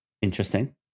interesting